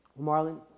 Marlon